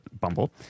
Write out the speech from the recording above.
Bumble